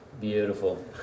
beautiful